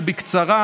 בקצרה,